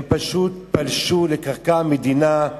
הם פשוט פלשו לקרקע המדינה,